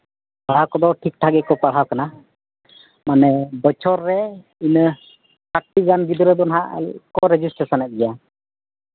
ᱯᱟᱲᱦᱟᱣ ᱠᱚᱫᱚ ᱴᱷᱤᱠ ᱴᱷᱟᱠ ᱜᱮᱠᱚ ᱯᱟᱲᱦᱟᱣ ᱠᱟᱱᱟ ᱢᱟᱱᱮ ᱵᱚᱪᱷᱚᱨ ᱨᱮ ᱤᱱᱟᱹ ᱥᱟᱴᱴᱤ ᱜᱟᱱ ᱜᱤᱫᱽᱨᱟᱹ ᱫᱚ ᱦᱟᱸᱜ ᱠᱚ ᱨᱮᱡᱮᱥᱴᱨᱮᱥᱚᱱᱚᱜ ᱜᱮᱭᱟ